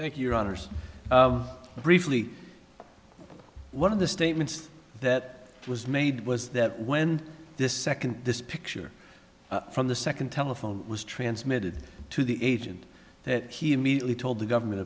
thank you others of briefly one of the statements that was made was that when the second this picture from the second telephone was transmitted to the agent that he immediately told the government